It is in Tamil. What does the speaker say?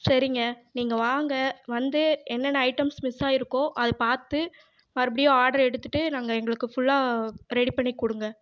சரிங்க நீங்கள் வாங்க வந்து என்னென்ன ஐட்டம்ஸ் மிஸ் ஆகிருக்கோ அது பார்த்து மறுபடியும் ஆர்டரை எடுத்துகிட்டு நாங்கள் எங்களுக்கு ஃபுல்லாக ரெடி பண்ணி கொடுங்க